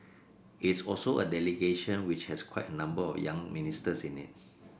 it's also a delegation which has quite a number of young ministers in it